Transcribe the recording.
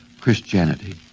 Christianity